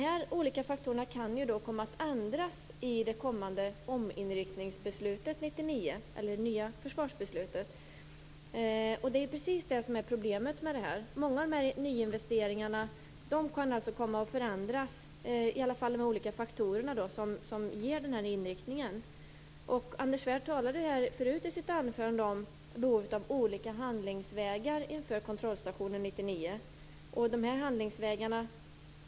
Men de olika faktorerna kan ju komma att ändras i det nya försvarsbeslutet 1999. Det är precis det som är problemet med det här. Många av nyinvesteringarna kan komma att förändras, i alla fall de olika faktorer som ger den här inriktningen. Anders Svärd talade förut i sitt anförande om behovet av olika handlingsvägar inför kontrollstationen 1999.